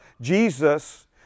Jesus